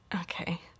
Okay